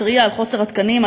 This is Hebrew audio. התריעה על חוסר התקנים,